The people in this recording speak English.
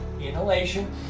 inhalation